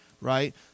right